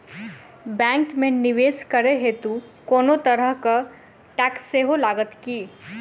Bank मे निवेश करै हेतु कोनो तरहक टैक्स सेहो लागत की?